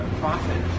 profit